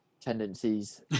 tendencies